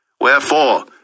Wherefore